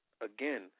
again